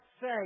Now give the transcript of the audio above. say